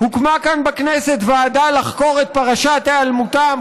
הוקמה כאן בכנסת ועדה לחקור את פרשתם היעלמותם,